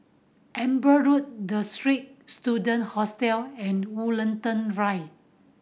Amber Road The Straits Student Hostel and Woollerton Drive